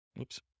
Oops